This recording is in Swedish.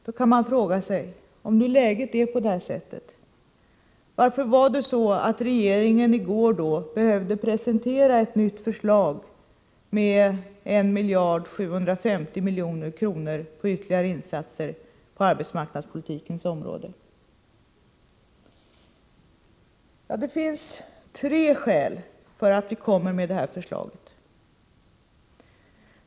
Då kan man fråga sig: Om läget är sådant, varför behövde då regeringen i går presentera ett nytt förslag med 1 750 milj.kr. för ytterligare insatser på arbetsmarknadspolitikens område? Det finns tre skäl för det.